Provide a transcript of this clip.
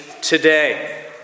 today